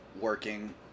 working